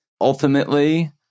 ultimately